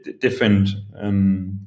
different